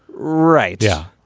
right. yeah.